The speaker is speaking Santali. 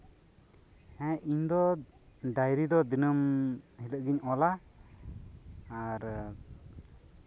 ᱦᱮᱸ ᱤᱧ ᱫᱚ ᱰᱟᱭᱨᱤ ᱫᱚ ᱫᱤᱱᱟᱹᱢ ᱦᱤᱞᱳᱜ ᱜᱤᱧ ᱚᱞᱟ ᱟᱨ